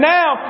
now